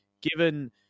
given